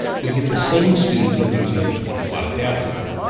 you'll get the same speeds when using the twenty watt adapter though.